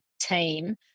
team